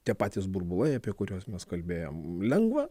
tie patys burbulai apie kuriuos mes kalbėjom lengva